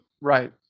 right